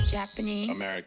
Japanese